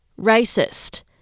racist